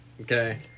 Okay